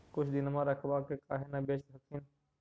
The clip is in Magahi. कुछ दिनमा रखबा के काहे न बेच हखिन?